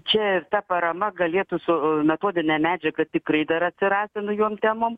čia ta parama galėtų su metodine medžiaga tikrai dar atsirasti naujom temom